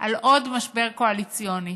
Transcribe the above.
על עוד משבר קואליציוני.